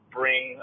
bring